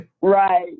Right